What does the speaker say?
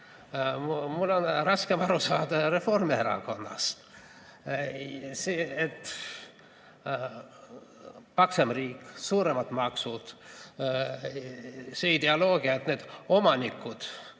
mul on raskem aru saada Reformierakonnast. Paksem riik, suuremad maksud, see ideoloogia, et [teatud] omanikud